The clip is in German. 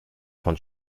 von